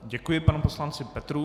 Děkuji panu poslanci Petrů.